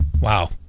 Wow